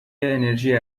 انرژی